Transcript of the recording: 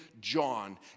John